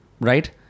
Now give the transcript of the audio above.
Right